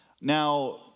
Now